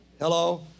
Hello